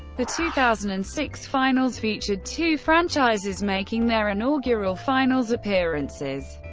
the two thousand and six finals featured two franchises making their inaugural finals appearances.